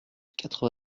quatre